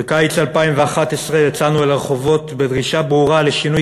בקיץ 2011 יצאנו לרחובות בדרישה ברורה לשינוי